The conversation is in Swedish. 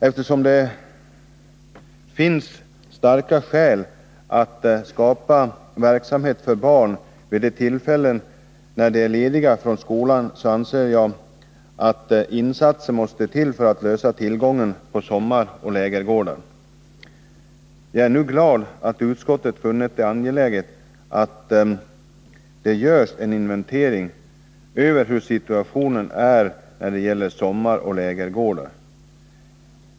Eftersom det finns starka skäl att skapa verksamhet för barn vid de tillfällen när de är lediga från skolan, anser jag att insatser måste till för att lösa frågan om den bristande tillgången på sommaroch lägergårdar. Jag är glad att utskottet nu funnit det angeläget att det görs en inventering av hur situationen är när det gäller sommaroch lägergårdar.